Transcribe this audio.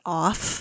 off